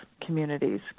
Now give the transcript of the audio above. communities